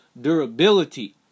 durability